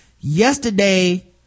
yesterday